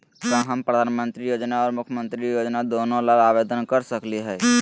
का हम प्रधानमंत्री योजना और मुख्यमंत्री योजना दोनों ला आवेदन कर सकली हई?